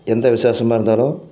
எந்த விசேஷமா இருந்தாலும்